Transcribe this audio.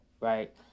right